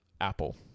Apple